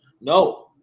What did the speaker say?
No